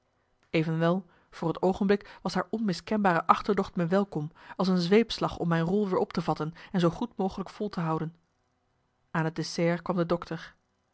evenwel voor het oogenblik was haar onmiskenbare achterdocht me welkom als een zweepslag om mijn rol weer op te vatten en zoo goed mogelijk vol te houden aan het dessert kwam de dokter